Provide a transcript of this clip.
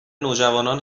نوجوانان